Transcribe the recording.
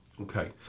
Okay